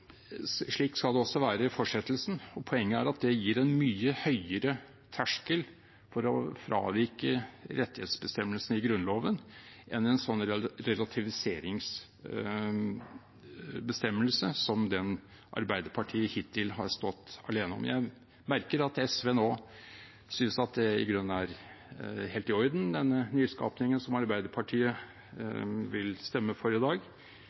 gir en mye høyere terskel for å fravike rettighetsbestemmelsene i Grunnloven enn en slik relativiseringsbestemmelse som den Arbeiderpartiet hittil har stått alene om. Jeg merker at SV nå synes at den nyskapningen som Arbeiderpartiet vil stemme for i dag, i grunnen er helt i orden. Da vi hadde denne saken til behandling i